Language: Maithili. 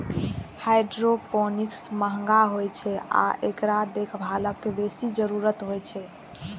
हाइड्रोपोनिक्स महंग होइ छै आ एकरा देखभालक बेसी जरूरत होइ छै